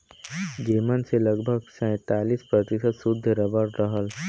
जेमन से लगभग सैंतालीस प्रतिशत सुद्ध रबर रहल